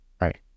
Right